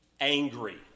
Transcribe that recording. angry